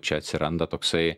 čia atsiranda toksai